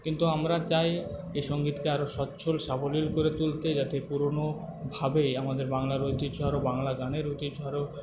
কিন্তু আমরা চাই এই সংগীতকে আরো স্বচ্ছল সাবলীল করে তুলতে যাতে পুরনোভাবে আমাদের বাংলার ঐতিহ্য আরো বাংলা গানের ঐতিহ্য আরো